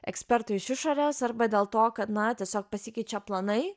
ekspertų iš išorės arba dėl to kad na tiesiog pasikeičia planai